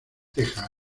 teja